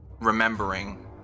remembering